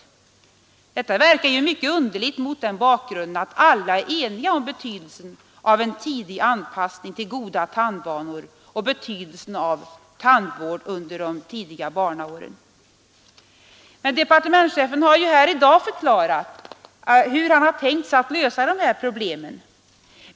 Det verkar mycket underligt mot den bakgrunden att alla är eniga om betydelsen av en tidig anpassning till goda tandvanor och betydelsen av tandvård under de tidigare barnaåren. Departementschefen har här i dag förklarat hur han tänkt sig att lösa de här problemen.